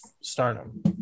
stardom